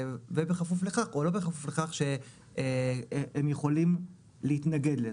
ובכפוף לכך או לא בכפוף לכך שהם יכולים להתנגד לזה.